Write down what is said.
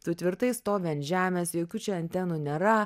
tu tvirtai stovi ant žemės jokių čia antenų nėra